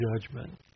judgment